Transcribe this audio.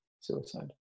suicide